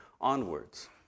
onwards